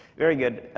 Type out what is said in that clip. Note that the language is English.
very good.